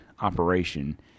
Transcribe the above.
operation